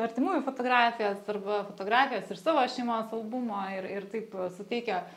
artimųjų fotografijas arba fotografijas iš savo šeimos albumo ir taip suteikia